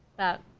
that.